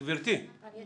גבירתי, אני אוציא אותך.